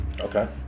Okay